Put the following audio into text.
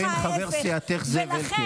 דברי עם חבר סיעתך זאב אלקין.